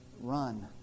run